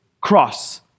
Cross